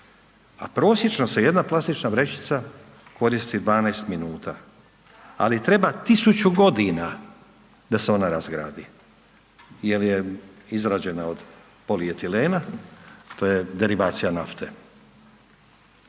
a prosječno se jedna plastična vrećica koristi 12 minuta, ali treba 1000.g. da se ona razgradi jel je izrađena od polietilena, to je derivacija nafte.